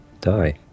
die